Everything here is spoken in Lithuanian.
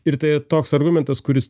ir tai yra toks argumentas kuris